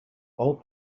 all